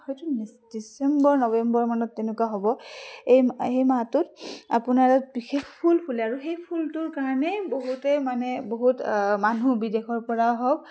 হয়তো December November মানত তেনেকুৱা হ'ব এই সেই মাহটোত আপোনাৰ তাত বিশেষ ফুল ফুলে আৰু সেই ফুলটোৰ কাৰণেই বহুতেই মানে বহুত মানুহ বিদেশৰ পৰাও হওক